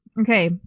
Okay